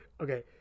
Okay